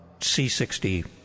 C60